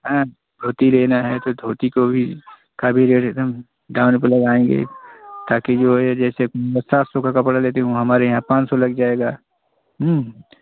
हाँ धोती लेना है तो धोती को भी का भी रेट दाम पर लगाएँगे ताकि जो है जैसे सात सौ का कपड़ा लेती हैं वह हमारे यहाँ पाँच सौ का लग जाएगा हम्म